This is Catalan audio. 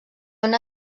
una